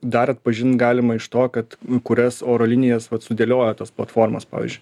dar atpažint galima iš to kad kurias oro linijas vat sudėliojo tos platformos pavyzdžiui